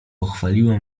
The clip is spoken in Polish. pochwaliła